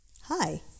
Hi